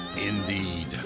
Indeed